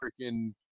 freaking